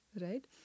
right